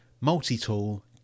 multi-tool